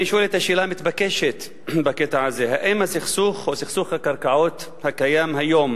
אני שואל את השאלה המתבקשת בקטע הזה: האם סכסוך הקרקעות הקיים היום